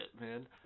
man